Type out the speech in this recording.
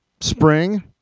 spring